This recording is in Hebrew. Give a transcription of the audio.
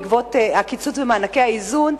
בעקבות הקיצוץ במענקי האיזון,